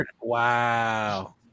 Wow